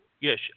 Yes